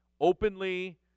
openly